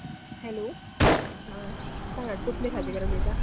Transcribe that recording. hello आं सांगात टोपले खाजेंकार उलयता